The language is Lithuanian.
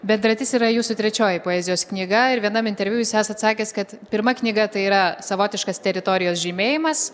bendratis yra jūsų trečioji poezijos knyga ir vienam interviu jūs esat sakęs kad pirma knyga tai yra savotiškas teritorijos žymėjimas